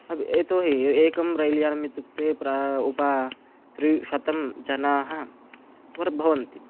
अपि यतो हि एकं रैल् यानम् इत्युक्ते प्रायः उपत्रिशतं जनाः भवन्ति